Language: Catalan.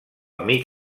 mig